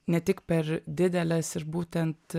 ne tik per dideles ir būtent